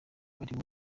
ariwe